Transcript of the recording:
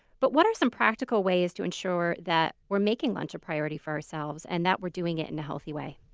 but what are some practical ways to ensure that we're making lunch a priority for ourselves and that were doing it in a healthy way?